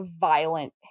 violent